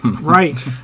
Right